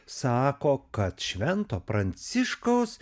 sako kad švento pranciškaus